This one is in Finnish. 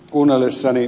kuunnellessani ed